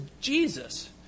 Jesus